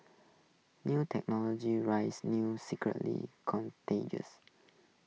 new technologies raise new security